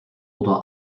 oder